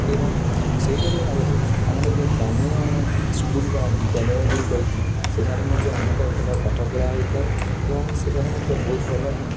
ଏବଂ ସେହିଭଳି ଭାବରେ ଆମର ଯୋଉ ଗ୍ରାମୀଣ ସ୍କୁଲ୍ ବା ବିଦ୍ୟାଳୟଗୁଡ଼ିକ ଅଛି ସେଠାରେ ମଧ୍ୟ ଅନେକ ଭଲ ପାଠ ପଢ଼ା ହୋଇଥାଏ ଏବଂ ସେଠାରେ ମଧ୍ୟ ବହୁତ ଭଲ